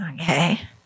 Okay